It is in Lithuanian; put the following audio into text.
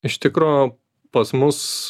iš tikro pas mus